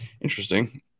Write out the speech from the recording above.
interesting